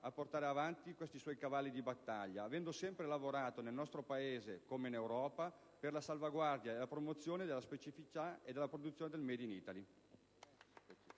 a portare avanti questi suoi cavalli di battaglia, avendo sempre lavorato nel nostro Paese, come in Europa, per la salvaguardia e la promozione della specificità della produzione *made in Italy*.